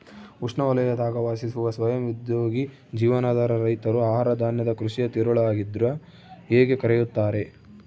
ಉಷ್ಣವಲಯದಾಗ ವಾಸಿಸುವ ಸ್ವಯಂ ಉದ್ಯೋಗಿ ಜೀವನಾಧಾರ ರೈತರು ಆಹಾರಧಾನ್ಯದ ಕೃಷಿಯ ತಿರುಳಾಗಿದ್ರ ಹೇಗೆ ಕರೆಯುತ್ತಾರೆ